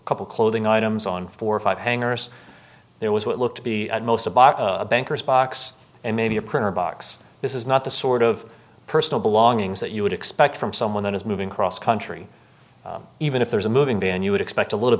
a couple clothing items on four or five hangars there was what looked to be most bankers box and maybe a printer box this is not the sort of personal belongings that you would expect from someone that is moving cross country even if there's a moving van you would expect a little